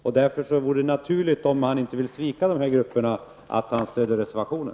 Om han inte vill svika de ifrågavarande grupperna, vore det naturligt att stödja reservationen.